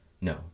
No